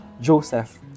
Joseph